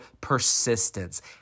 persistence